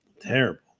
Terrible